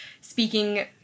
speaking